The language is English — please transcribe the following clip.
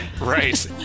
Right